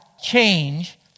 change